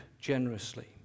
generously